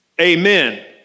Amen